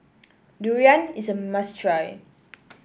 durian is a must try